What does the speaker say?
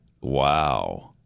Wow